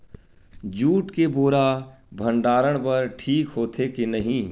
Jute के बोरा भंडारण बर ठीक होथे के नहीं?